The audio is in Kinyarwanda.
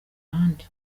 ahandi